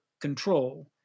control